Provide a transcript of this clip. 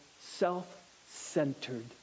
self-centered